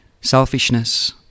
selfishness